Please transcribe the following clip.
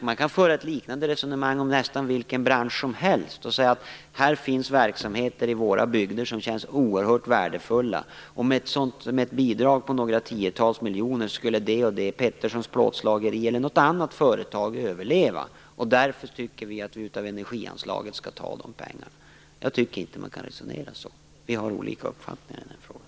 Man kan föra ett liknande resonemang om nästan vilken bransch som helst och säga: Det finns verksamheter i våra bygder som känns oerhört värdefulla, och med ett bidrag på några tiotals miljoner skulle Petterssons plåtslageri eller något annat företag överleva. Därför tycker vi att vi skall ta de pengarna av energianslaget. Jag tycker inte att man kan resonera så. Vi har olika uppfattningar i den frågan.